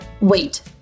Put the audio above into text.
Wait